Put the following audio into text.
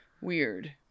weird